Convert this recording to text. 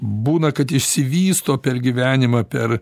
būna kad išsivysto per gyvenimą per